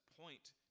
point